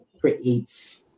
creates